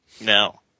No